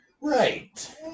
Right